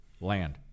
land